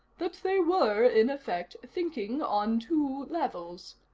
that they were, in effect, thinking on two levels.